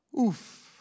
Oof